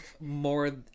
more